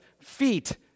feet